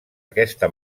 aquesta